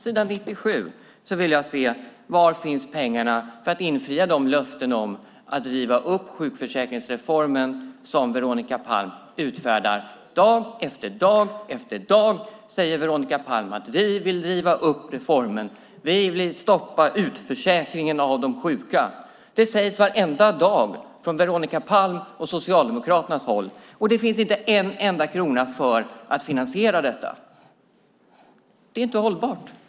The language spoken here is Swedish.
På s. 97 vill jag se: Var finns pengarna för att infria de löften om att riva upp sjukförsäkringsreformen som Veronica Palm utfärdar? Dag efter dag efter dag säger Veronica Palm: Vi vill riva upp reformen. Vi vill stoppa utförsäkringen av de sjuka. Det sägs varenda dag från Veronica Palms och Socialdemokraternas håll. Och det finns inte en enda krona för att finansiera detta. Det är inte hållbart.